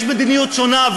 יש מדיניות שונה,